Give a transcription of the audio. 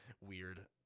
weird